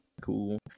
Cool